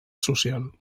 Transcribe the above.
social